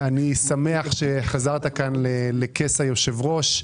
שמח שחזרת כאן לכס היושב-ראש.